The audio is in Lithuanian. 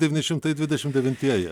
devyni šimtai dvidešim devintieji